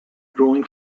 drawing